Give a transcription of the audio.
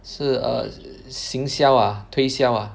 是 err 营销 ah 推销 ah